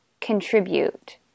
contribute